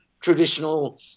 traditional